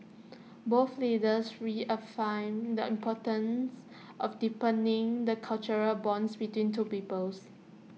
both leaders reaffirmed the importance of deepening the cultural bonds between two peoples